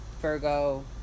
virgo